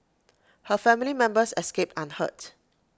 her family members escaped unhurt